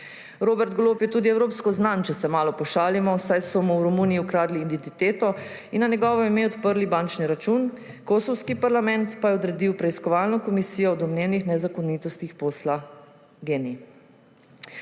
Robert Golob je tudi evropsko znan, če se malo pošalimo, saj so mu v Romuniji ukradli identiteto in na njegovo ime odprli bančni račun, kosovski parlament pa je odredil preiskovalno komisijo o domnevnih nezakonitostih posla Gen-i.